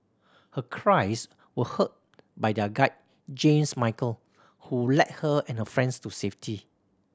her cries were heard by their guide James Michael who led her and her friends to safety